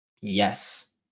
Yes